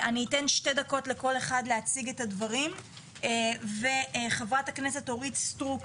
אני אתן שתי דקות לכל אחד להציג את הדברים וחברת הכנסת אורית סטרוק,